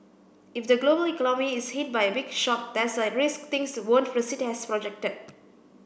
if the global economy is hit by a big shock there's a risk things won't proceed as projected